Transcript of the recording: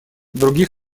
других